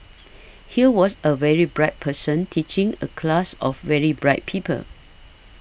here was a very bright person teaching a class of very bright people